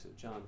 John